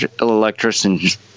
electricians